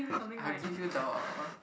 I'll give you the